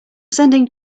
sending